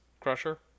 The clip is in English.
Crusher